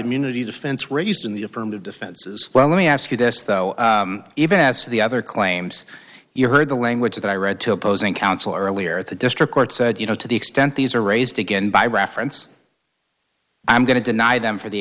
immunity defense raised in the affirmative defenses well let me ask you this though even as to the other claims you heard the language that i read to opposing counsel earlier at the district court said you know to the extent these are raised again by reference i'm going to deny them for the